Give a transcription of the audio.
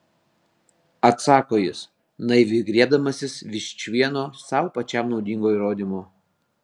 atsako jis naiviai griebdamasis vičvieno sau pačiam naudingo įrodymo